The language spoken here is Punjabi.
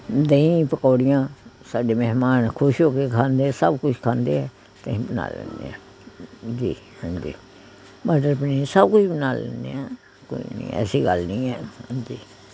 ਦਹੀ ਪਕੌੜੀਆਂ ਸਾਡੇ ਮਹਿਮਾਨ ਖੁਸ਼ ਹੋ ਕੇ ਖਾਂਦੇ ਸਭ ਕੁਝ ਖਾਂਦੇ ਹਾਂ ਅਤੇ ਅਸੀਂ ਬਣਾ ਲੈਂਦੇ ਹਾਂ ਜੀ ਹਾਂਜੀ ਮਟਰ ਪਨੀਰ ਸਭ ਕੁਝ ਬਣਾ ਲੈਂਦੇ ਹਾਂ ਕੋਈ ਨਹੀਂ ਐਸੀ ਗੱਲ ਨਹੀਂ ਹੈ ਹਾਂਜੀ